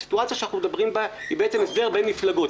הסיטואציה שאנחנו מדברים בה היא בעצם הסדר בין מפלגות.